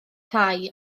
tai